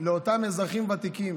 לאותם אזרחים ותיקים